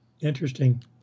Interesting